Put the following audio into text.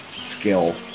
skill